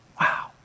Wow